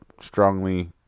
strongly